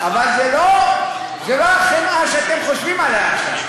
נכון, אבל זה לא החמאה שאתם חושבים עליה עכשיו.